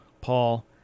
paul